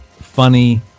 funny